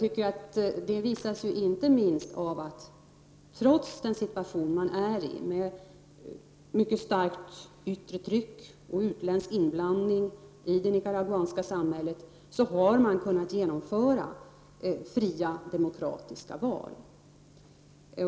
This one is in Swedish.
Detta visas inte minst av att man trots ett mycket starkt yttre tryck och utländsk inblandning i det nicaraguanska samhället har kunnat genomföra fria, demokratiska val.